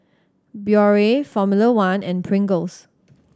Biore Formula One and Pringles